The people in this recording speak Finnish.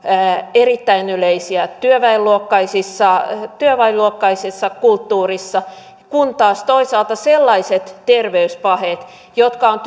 erittäin yleisiä työväenluokkaisessa työväenluokkaisessa kulttuurissa kun taas toisaalta sellaiset terveyspaheet jotka ovat